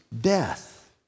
death